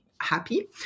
Happy